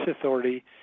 authority